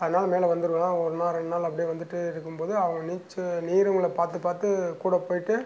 அதனால மேலே வந்துருவேன் ஒரு நாள் ரெண்டு நாள் அப்படியே வந்துட்டு இருக்கும் போது அவங்க நீச்ச நீரவுங்கள பார்த்து பார்த்து கூட போயிட்டு